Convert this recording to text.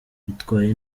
bitwaye